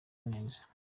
neza